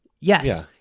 yes